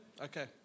Okay